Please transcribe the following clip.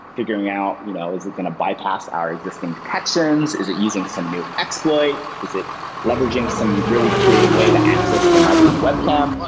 figuring out you know is it going to bypass our existing detections? is it using some new exploit? is it leveraging some really creative way to access the mic and web cam?